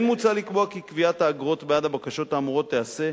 כן מוצע לקבוע כי קביעת האגרות בעד הבקשות האמורות תיעשה,